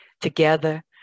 together